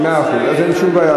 אנחנו נעבור מהרוחניות ל"גשמיות",